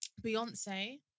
Beyonce